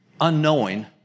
unknowing